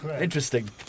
Interesting